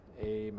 amen